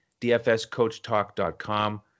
dfscoachtalk.com